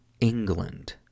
England